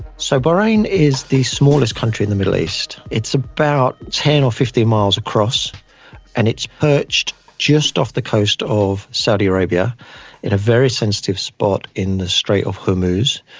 so, bahrain is the smallest country in the middle east. it's about ten or fifteen miles across and it's perched just off the coast of saudi arabia in a very sensitive spot in the strait of hormuz,